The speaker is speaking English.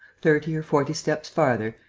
thirty or forty steps farther,